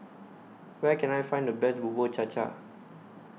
Where Can I Find The Best Bubur Cha Cha